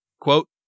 Quote